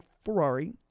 Ferrari